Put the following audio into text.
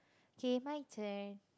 k my turn